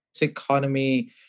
economy